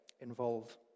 involved